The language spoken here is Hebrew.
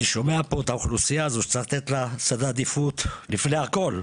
אני שומע את האוכלוסייה הזאת שצריך לתת לה סדר עדיפות לפני הכול,